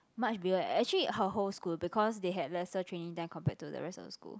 much bigger actually her whole school because they had lesser training than compared to the rest of the school